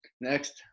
Next